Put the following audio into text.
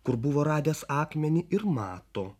kur buvo radęs akmenį ir mato